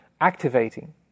activating